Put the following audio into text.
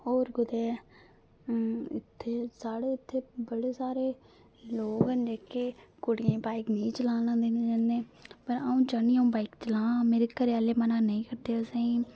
होर कुतै हूं इत्थै साढ़े इत्थै साढ़े लोक हैन जेह्डे इत्थै जेहके कुड़ियें गी बाइक नेईं चलान दिंदे पर अऊं बाइक चलां मेरे घरे आहले मना नेईं करदे असेंगी